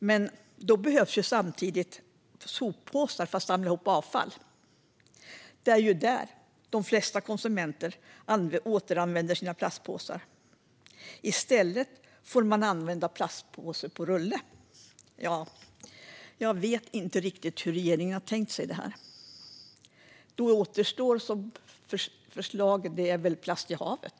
Men då behövs samtidigt soppåsar för att samla ihop avfall. Det är ju så de flesta konsumenter återanvänder sina plastpåsar. I stället får man använda plastpåse på rulle. Jag vet inte riktigt hur regeringen har tänkt sig detta. Det som återstår som argument är väl plast i havet.